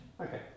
okay